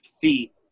feet